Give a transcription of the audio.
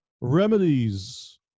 remedies